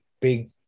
big